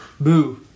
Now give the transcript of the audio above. Boo